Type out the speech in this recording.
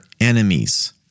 enemies